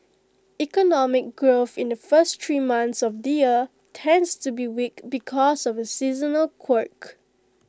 economic growth in the first three months of the year tends to be weak because of A seasonal quirk